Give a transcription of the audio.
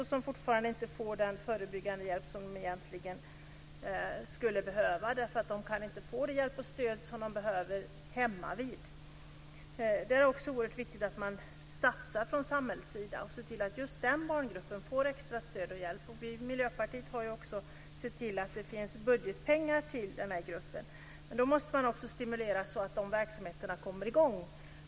De får fortfarande inte den förebyggande hjälp som de egentligen skulle behöva. De kan inte få den hjälp och det stöd som de behöver hemma. Där är det också oerhört viktigt att man satsar från samhällets sida och ser till att just den barngruppen får extra stöd och hjälp. Vi i Miljöpartiet har sett till att den finns budgetpengar till den här gruppen. Men man måste också stimulera så att de verksamheterna kommer i gång.